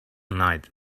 night